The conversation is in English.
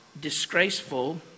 disgraceful